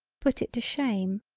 put it to shame.